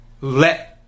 let